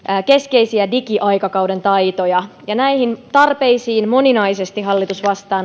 keskeisiä digiaikakauden taitoja näihin tarpeisiin hallitus vastaa